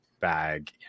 bag